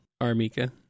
Armika